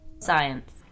Science